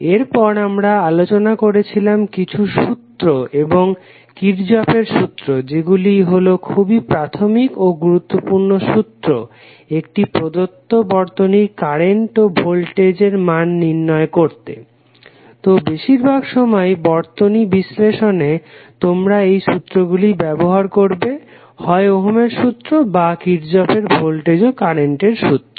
এরপর আমরা আলোচনা করেছিলাম কিছু সূত্র এবং কির্শফের সূত্র যেগুলো হলো খুবই প্রাথমিক ও গুরুত্বপূর্ণ সূত্র একটি প্রদত্ত বর্তনীর কারেন্ট ও ভোল্টেজের মান নির্ণয় করতে তো বেশিরভাগ সময়েই বর্তনী বিশ্লেষণে তোমরা এই সুত্রগুলি ব্যবহার করবে হয় ওহমের সূত্র বা কির্শফের ভোল্টেজ ও কারেন্টের সূত্র